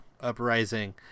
Uprising